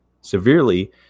severely